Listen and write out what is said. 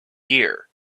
year